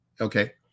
okay